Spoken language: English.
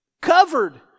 covered